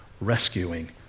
rescuing